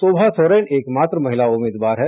शोमा सोरेन एकमात्र महिला उम्मीदवार हैं